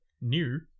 new